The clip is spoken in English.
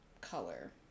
color